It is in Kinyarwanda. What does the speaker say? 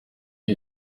iyi